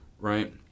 right